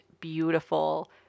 beautiful